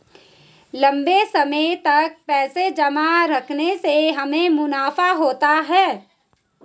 लंबे समय तक पैसे जमा रखने से हमें मुनाफा होता है